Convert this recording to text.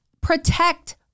protect